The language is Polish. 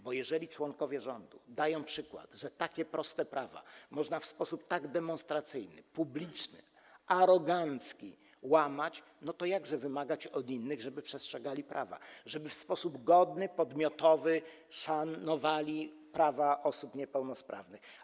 Bo jeżeli członkowie rządu dają przykład, że takie proste prawa można w sposób tak demonstracyjny, publiczny, arogancki łamać, to jakże wymagać od innych, żeby przestrzegali prawa, żeby w sposób godny, podmiotowy szanowali prawa osób niepełnosprawnych?